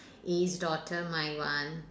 Eve's daughter my one